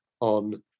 on